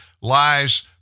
lies